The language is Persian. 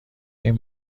این